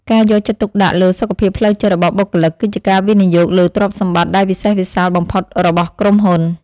ការយកចិត្តទុកដាក់លើសុខភាពផ្លូវចិត្តរបស់បុគ្គលិក គឺជាការវិនិយោគលើទ្រព្យសម្បត្តិដែលវិសេសវិសាលបំផុតរបស់ក្រុមហ៊ុន។